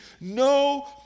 no